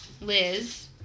Liz